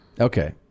Okay